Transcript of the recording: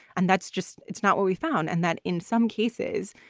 and that's just it's not what we found. and that in some cases,